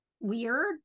Weird